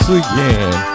again